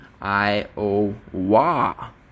Iowa